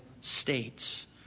states